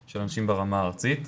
של האנשים ברמה הארצית.